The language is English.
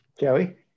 Joey